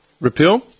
repeal